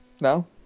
No